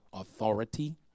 authority